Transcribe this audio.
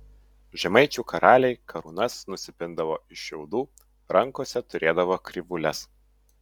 žemaičių karaliai karūnas nusipindavo iš šiaudų rankose turėdavo krivūles